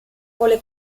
vuole